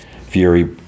Fury